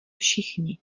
všichni